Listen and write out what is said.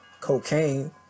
cocaine